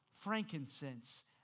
frankincense